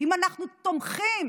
אם אנחנו תומכים,